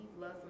love